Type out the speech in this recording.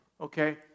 okay